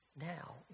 now